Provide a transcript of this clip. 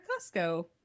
Costco